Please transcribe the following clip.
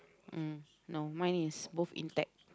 mm no mine is both intact